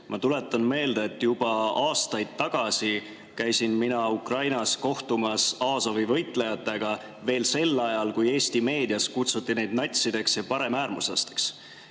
Ma tuletan meelde, et juba aastaid tagasi käisin ma Ukrainas kohtumas Azovi võitlejatega – veel sel ajal, kui Eesti meedias kutsuti neid natsideks ja paremäärmuslasteks.